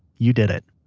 you did it